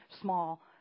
small